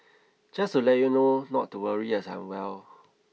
just to let you know not to worry as I'm well